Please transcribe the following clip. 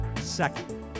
second